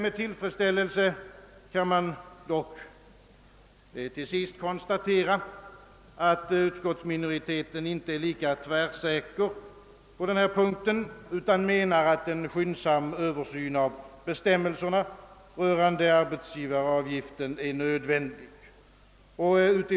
Med tillfredsställelse kan man dock till sist konstatera, att utskottsminoriteten inte är lika tvärsäker på denna punkt, utan menar att en skyndsam översyn av bestämmelserna rörande arbetsgivaravgiften är nödvändig.